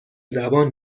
زبان